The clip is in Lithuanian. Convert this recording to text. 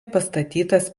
pastatytas